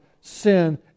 sin